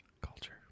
Culture